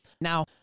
Now